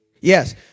yes